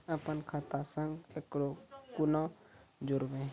अपन खाता संग ककरो कूना जोडवै?